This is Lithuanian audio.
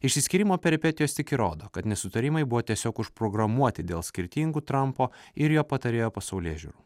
išsiskyrimo peripetijos tik įrodo kad nesutarimai buvo tiesiog užprogramuoti dėl skirtingų trampo ir jo patarėjo pasaulėžiūrų